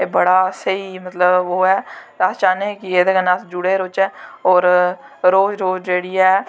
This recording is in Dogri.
बड़ा स्हेई मतलव ओह् ऐ ते अस चाह्न्ने आं कि अस एह्दे कन्नै जुड़ेदे रौह्चै और रोज़ रोज़ जेह्ड़ी ऐ